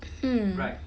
hmm